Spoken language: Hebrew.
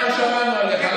אני רוצה, אנחנו שמענו עליך.